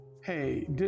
hey